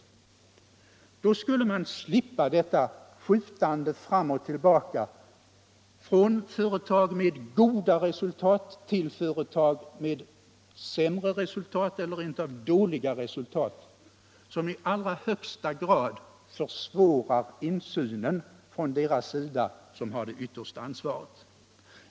Då skulle man slippa detta skjutande fram och tillbaka från företag med goda resultat till företag med sämre resultat eller rent av dåliga resultat, som i allra högsta grad försvårar insynen från 'deras sida som har det yttersta ansvaret.